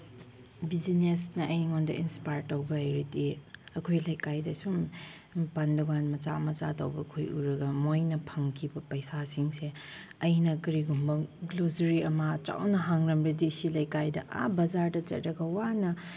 ꯕꯤꯖꯤꯅꯦꯁꯅ ꯑꯩꯉꯣꯟꯗ ꯏꯟꯁꯄꯥꯌꯔ ꯇꯧꯕ ꯍꯥꯏꯔꯗꯤ ꯑꯩꯈꯣꯏ ꯂꯩꯀꯥꯏꯗ ꯁꯨꯝ ꯄꯥꯟꯗꯨꯀꯥꯟ ꯃꯆꯥ ꯃꯆꯥ ꯇꯧꯕꯈꯣꯏ ꯎꯔꯒ ꯃꯣꯏꯅ ꯐꯪꯈꯤꯕ ꯄꯩꯁꯥꯁꯤꯡꯁꯦ ꯑꯩꯅ ꯀꯔꯤꯒꯨꯝꯕ ꯒ꯭ꯔꯣꯁꯔꯤ ꯑꯃ ꯆꯥꯎꯅ ꯍꯥꯡꯂꯝꯂꯗꯤ ꯁꯤ ꯂꯩꯀꯥꯏꯗ ꯑꯥ ꯖꯥꯔꯗ ꯆꯠꯂꯒ ꯋꯥꯅ